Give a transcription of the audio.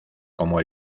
como